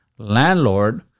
landlord